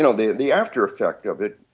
know, the the aftereffect of it,